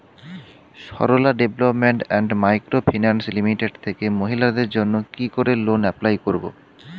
Sarala development and micro finance limited থেকে মহিলাদের জন্য কি করে লোন এপ্লাই করব?